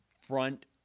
front